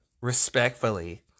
Respectfully